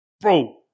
Bro